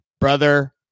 brother